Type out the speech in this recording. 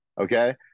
okay